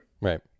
Right